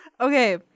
Okay